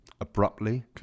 abruptly